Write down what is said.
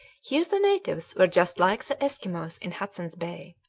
here the natives were just like the eskimos in hudson's bay.